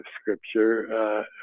scripture